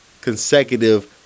consecutive